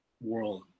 world